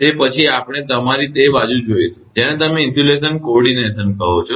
તે પછી આપણે તમારી તે બાજુ જઇશું જેને તમે ઇન્સ્યુલેશન કોઓર્ડિનેશન કહો છો